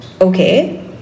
okay